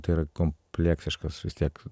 tai yra kompleksiškas vis tiek